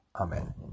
Amen